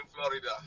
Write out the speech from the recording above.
Florida